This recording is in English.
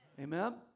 Amen